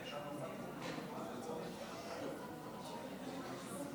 אולי נדחה את ההצבעה ונצמיד אותה אחר כך,